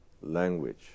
language